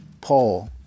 Paul